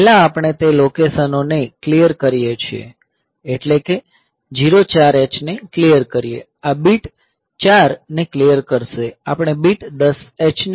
પહેલા આપણે તે લોકેશનો ને ક્લિયર કરીએ છીએ એટલે કે 0 4 H ને ક્લિયર કરીએ આ બીટ 04 ને ક્લિયર કરશે